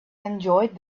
enjoyed